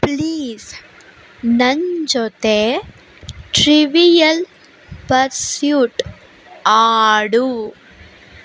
please ನನ್ನ ಜೊತೆ trivial pursuit ಆಡು